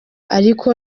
ariko